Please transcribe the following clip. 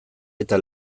eta